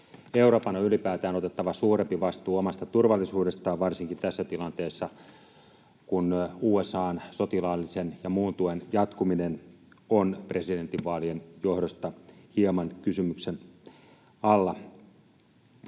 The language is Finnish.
Euroopan on ylipäätään otettava suurempi vastuu omasta turvallisuudestaan varsinkin tässä tilanteessa, kun USA:n sotilaallisen ja muun tuen jatkuminen on presidentinvaalien johdosta hieman kysymyksen alla.